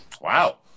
Wow